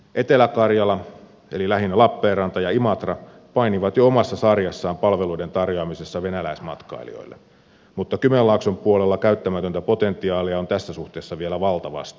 etelä karjala eli lähinnä lappeenranta ja imatra painii jo omassa sarjassaan palveluiden tarjoamisessa venäläismatkailijoille mutta kymenlaakson puolella käyttämätöntä potentiaalia on tässä suhteessa vielä valtavasti